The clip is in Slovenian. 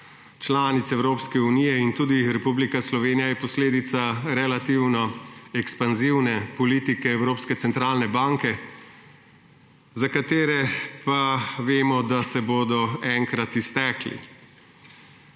članic Evropske unije in tudi Republika Slovenija, je posledica relativno ekspanzivne politike Evropske centralne banke, za katero pa vemo, da se bo enkrat iztekla.